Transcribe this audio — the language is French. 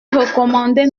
recommandait